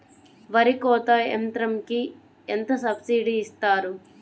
వరి కోత యంత్రంకి ఎంత సబ్సిడీ ఇస్తారు?